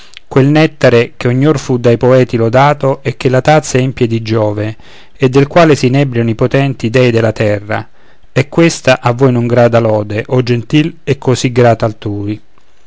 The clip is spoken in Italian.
quel nettare che ognor fu dai poeti lodato e che la tazza empie di giove e del quale s'inebriano i potenti dèi della terra è questa a voi non grata lode o gentil e così grata altrui